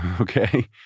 Okay